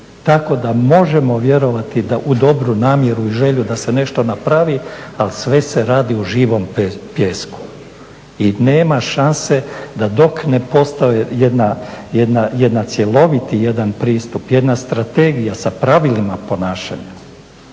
Tako da možemo vjerovati u dobru namjeru i želju da se nešto napravi ali sve se radi u živom pijesku i nema šanse da dok ne postoji jedan cjeloviti pristup, jedna strategija sa pravilima ponašanja.